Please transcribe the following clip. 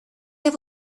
have